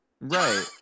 Right